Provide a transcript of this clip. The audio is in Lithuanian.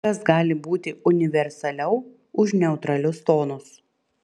kas gali būti universaliau už neutralius tonus